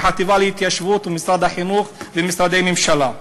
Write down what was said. מהחטיבה להתיישבות, ממשרד החינוך וממשרדי ממשלה.